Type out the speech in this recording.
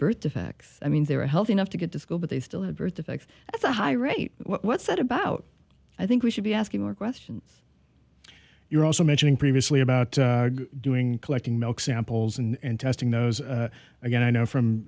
birth defects i mean they're healthy enough to get to school but they still have birth defects at the high rate what's that about i think we should be asking more questions you're also mentioning previously about doing collecting milk samples and testing those again i know from